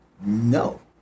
No